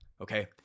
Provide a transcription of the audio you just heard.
okay